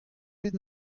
bet